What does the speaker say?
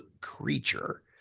creature